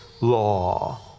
law